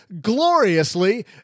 gloriously